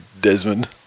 Desmond